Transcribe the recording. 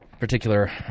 particular